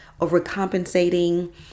overcompensating